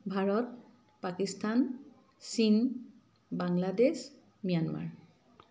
ভাৰত পাকিস্তান চীন বাংলাদেশ ম্যানমাৰ